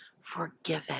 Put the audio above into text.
forgiven